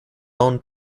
own